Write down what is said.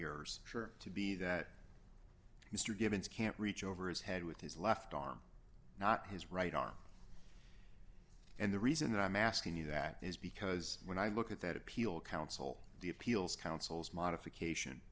yours sure to be that mr givens can't reach over his head with his left arm not his right arm and the reason i'm asking you that is because when i look at that appeal counsel the appeals counsels modification